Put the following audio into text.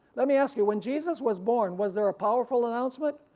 let me ask you, when jesus was born was there a powerful announcement?